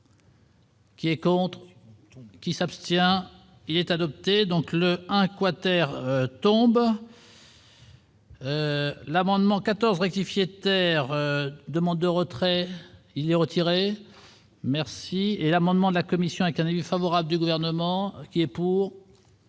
Qui est contre. Qui s'abstient, il est adopté, donc le quater Tomba. L'amendement 14 rectifier terre demande de retrait il est retiré, merci et l'amendement de la commission et analyse favorable du gouvernement. Et pour